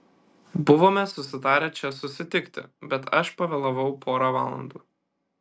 buvome susitarę čia susitikti bet aš pavėlavau pora valandų